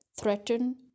threaten